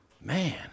man